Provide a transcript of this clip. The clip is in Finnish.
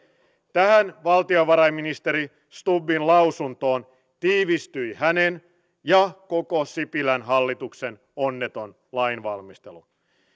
tähän valtiovarainministeri stubbin lausuntoon tiivistyi hänen ja koko sipilän hallituksen onneton lainvalmistelu